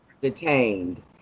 detained